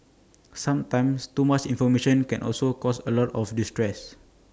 sometimes too much information can also cause A lot of distress